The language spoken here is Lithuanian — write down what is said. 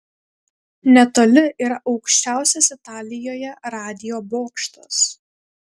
netoli yra aukščiausias italijoje radijo bokštas